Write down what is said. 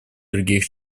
других